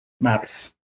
maps